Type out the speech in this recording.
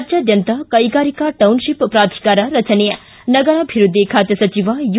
ರಾಜ್ಯಾದ್ಯಂತ ಕೈಗಾರಿಕಾ ಟೌನ್ಶಿಪ್ ಪ್ರಾಧಿಕಾರ ರಚನೆ ನಗರಾಭಿವೃದ್ದಿ ಖಾತೆ ಸಚಿವ ಯು